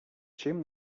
чим